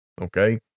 Okay